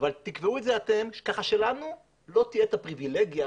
אבל תקבעו את זה אתם ככה שלנו לא תהיה הפריבילגיה